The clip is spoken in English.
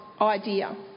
idea